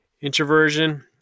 Introversion